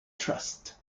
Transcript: trust